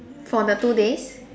for the two days